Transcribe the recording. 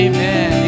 Amen